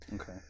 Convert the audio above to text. Okay